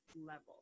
level